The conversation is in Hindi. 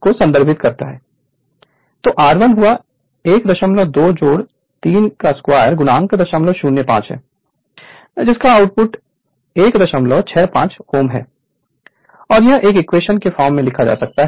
तो R1 122X005 है जिसका आउटपुट165 Ω है और यह एक Xe 1 X1 K2 X2 62 X 03 के साथ 627 Ω है